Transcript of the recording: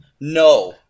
No